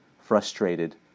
frustrated